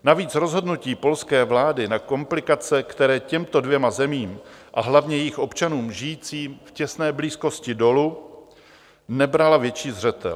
Navíc rozhodnutí polské vlády na komplikace, které těmto dvěma zemím a hlavně jejich občanům žijícím v těsné blízkosti dolu , nebrala větší zřetel.